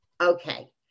Okay